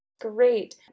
Great